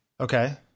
okay